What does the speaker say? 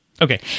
Okay